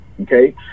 okay